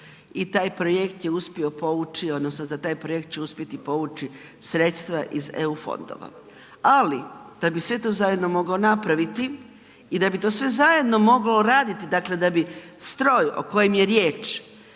za taj projekt će uspjeti povući sredstva iz EU fondova. Ali, da bi sve to zajedno mogao napraviti i da bi to sve zajedno moglo raditi, dakle da bi stroj o kojem je riječ